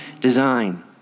design